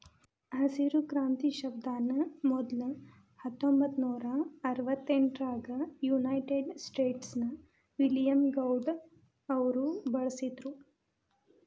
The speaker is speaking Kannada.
ಹಸಿರು ಕ್ರಾಂತಿ ಶಬ್ದಾನ ಮೊದ್ಲ ಹತ್ತೊಂಭತ್ತನೂರಾ ಅರವತ್ತೆಂಟರಾಗ ಯುನೈಟೆಡ್ ಸ್ಟೇಟ್ಸ್ ನ ವಿಲಿಯಂ ಗೌಡ್ ಅವರು ಬಳಸಿದ್ರು